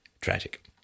Tragic